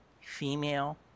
female